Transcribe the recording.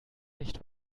nicht